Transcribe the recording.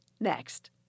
Next